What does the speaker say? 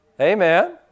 Amen